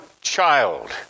child